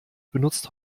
benutzt